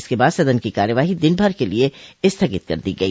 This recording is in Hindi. इसके बाद सदन की कार्यवाही दिनभर के लिए स्थगित कर दी गई